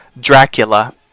Dracula